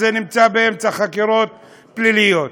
זה נמצא באמצע חקירות פליליות,